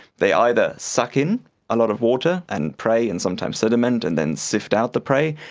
they either suck in a lot of water and prey and sometimes sediment and then sift out the prey,